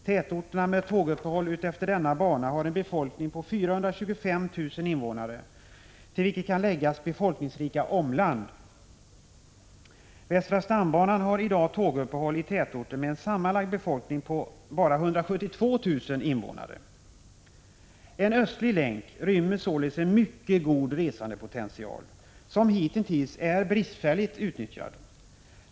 Tätorterna med tåguppehåll utefter denna bana har en befolkning på 425 000 invånare, till vilket kan läggas befolkningsrika omland. Västra stambanan har i dag tåguppehåll i tätorter med en sammanlagd befolkning på bara 172 000 invånare. En östlig länk rymmer således en mycket god resandepotential, som hitintills är bristfälligt utnyttjad.